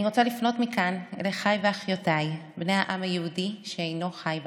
אני רוצה לפנות מכאן אל אחיי ואחיותיי בני העם היהודי שאינם חיים בארץ: